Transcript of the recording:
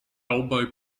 elbow